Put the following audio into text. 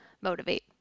motivate